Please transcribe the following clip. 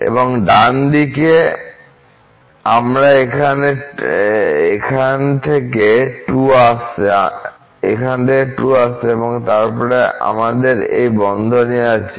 এবং ডান দিকে আমরা এখানে থেকে 2 আসছে এবং তারপর আমাদের এই বন্ধনী আছে